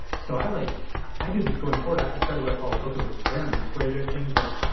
so i like i do this going forward. i started what i call a book of experiments where there are things like,